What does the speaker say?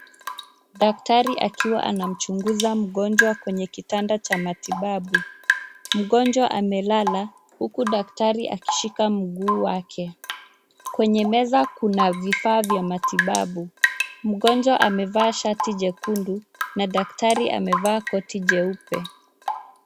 Dakatari akiwa anamchunguza mgonjwa kwenye kitanda cha matibabu. Mgonjwa amelala huku daktari akishika mguu wake. Kwenye meza kuna vifaa vya matibabu. Mgonjwa amevaa shati jekundu na daktari amevaa koti jeupe.